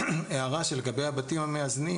לגבי הבתים המאזנים